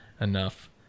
enough